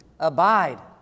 abide